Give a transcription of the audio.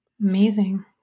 Amazing